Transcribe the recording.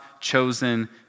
chosen